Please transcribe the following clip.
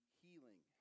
healing